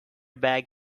bag